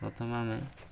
ପ୍ରଥମେ ଆମେ